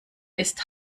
ist